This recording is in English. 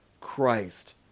Christ